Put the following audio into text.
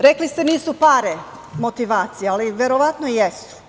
Rekli ste nisu pare motivacija, ali verovatno jesu.